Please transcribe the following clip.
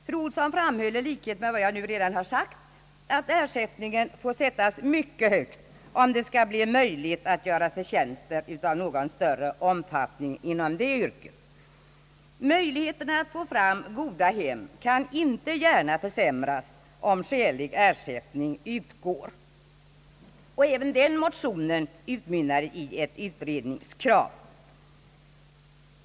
Fru Olsson framhöll i likhet med vad jag nu har sagt att ersättningen får sättas mycket högt om det skall gå att göra förtjänster av någon större omfattning inom det yrket. Möjligheterna att få fram goda hem kan inte gärna försämras om skälig ersättning utgår. Även den motionen utmynnade i ett utredningskrav.